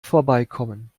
vorbeikommen